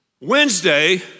Wednesday